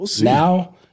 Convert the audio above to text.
now